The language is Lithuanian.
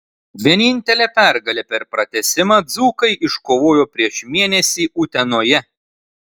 vienintelę pergalę per pratęsimą dzūkai iškovojo prieš mėnesį utenoje